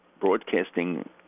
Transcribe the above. broadcasting